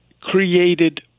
created